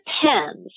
depends